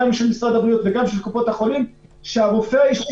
גם של משרד הבריאות וגם של קופות החולים שהרופא האישי